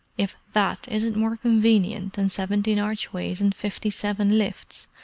if that isn't more convenient than seventeen archways and fifty-seven lifts,